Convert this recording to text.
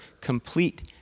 complete